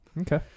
Okay